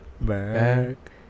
back